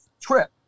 trip